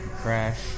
crash